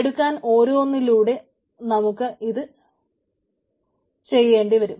എടുക്കാൻ ഓരോന്നിലൂടെ നമുക്ക് ഇത് ചെയ്യേണ്ടിവരും